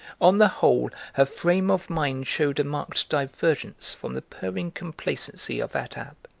on the whole her frame of mind showed a marked divergence from the purring complacency of attab,